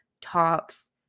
tops